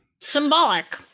Symbolic